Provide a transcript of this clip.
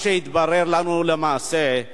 מה שהתברר לנו למעשה,